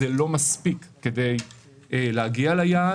זה לא מספיק כדי להגיע ליעד.